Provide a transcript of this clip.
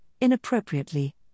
inappropriately